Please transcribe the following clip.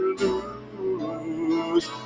lose